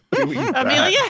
Amelia